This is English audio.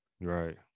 Right